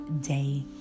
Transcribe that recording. day